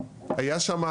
היה שם